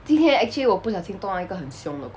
今天 actually 我不小心动到一个很凶的